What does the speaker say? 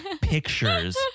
pictures